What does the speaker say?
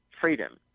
freedom